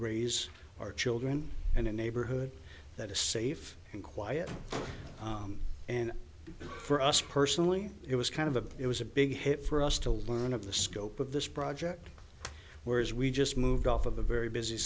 raise our children and a neighborhood that is safe and quiet and for us personally it was kind of a it was a big hit for us to learn of the scope of this project whereas we just moved off of a very busy